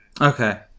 Okay